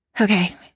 Okay